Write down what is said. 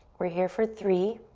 we're here for three,